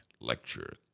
lecture